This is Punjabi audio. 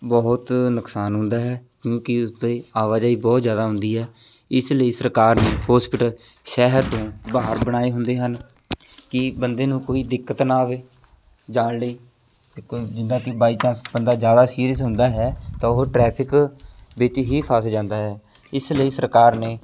ਬਹੁਤ ਨੁਕਸਾਨ ਹੁੰਦਾ ਹੈ ਕਿਉਂਕਿ ਉਸਦੀ ਆਵਾਜਾਈ ਬਹੁਤ ਜ਼ਿਆਦਾ ਹੁੰਦੀ ਹੈ ਇਸ ਲਈ ਸਰਕਾਰ ਲਈ ਹੋਸਪਿਟਲ ਸ਼ਹਿਰ ਤੋਂ ਬਾਹਰ ਬਣਾਏ ਹੁੰਦੇ ਹਨ ਕਿ ਬੰਦੇ ਨੂੰ ਕੋਈ ਦਿੱਕਤ ਨਾ ਆਵੇ ਜਾਣ ਲਈ ਜਿੱਦਾਂ ਕਿ ਬਾਈ ਚਾਂਸ ਬੰਦਾ ਜ਼ਿਆਦਾ ਸੀਰੀਅਸ ਹੁੰਦਾ ਹੈ ਤਾਂ ਉਹ ਟ੍ਰੈਫਿਕ ਵਿੱਚ ਹੀ ਫਸ ਜਾਂਦਾ ਹੈ ਇਸ ਲਈ ਸਰਕਾਰ ਨੇ